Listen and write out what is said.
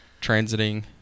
transiting